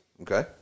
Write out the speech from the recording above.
Okay